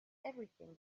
everything